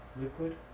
Liquid